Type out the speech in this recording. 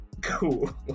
cool